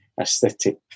aesthetic